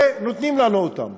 ונותנים לנו אותם.